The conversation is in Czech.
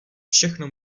všechno